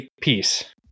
peace